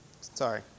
Sorry